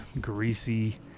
greasy